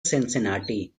cincinnati